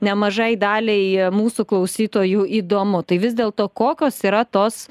nemažai daliai mūsų klausytojų įdomu tai vis dėlto kokios yra tos